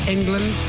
England